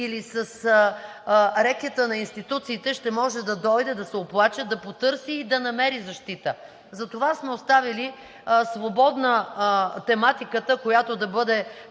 или с рекета на институциите, ще може да дойде, да се оплаче, да потърси и да намери защита. Затова сме оставили свободна тематиката, която да бъде